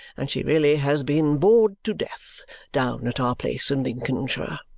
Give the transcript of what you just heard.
and she really has been bored to death down at our place in lincolnshire.